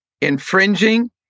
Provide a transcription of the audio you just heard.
infringing